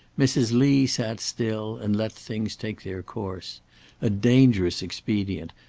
mrs. lee sat still and let things take their course a dangerous expedient,